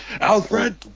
Alfred